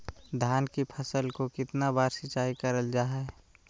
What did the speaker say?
धान की फ़सल को कितना बार सिंचाई करल जा हाय?